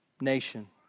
nation